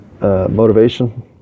motivation